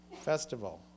festival